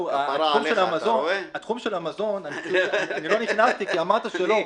לא נכנסתי לתחום המזון כי אמרת שלא.